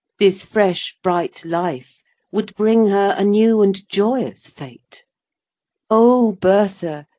this fresh bright life would bring her a new and joyous fate o bertha,